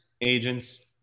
agents